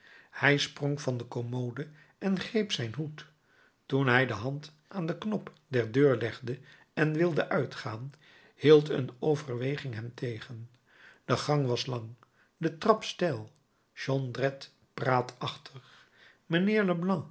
hij sprong van de commode en greep zijn hoed toen hij de hand aan den knop der deur legde en wilde uitgaan hield een overweging hem tegen de gang was lang de trap steil jondrette praatachtig mijnheer